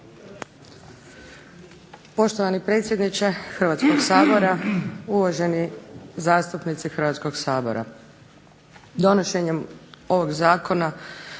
Poštovani predsjedniče Hrvatskoga sabora, uvaženi zastupnici Hrvatskoga sabora. Donošenjem ovog Zakona